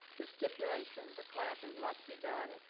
the stipulation the classes must be done,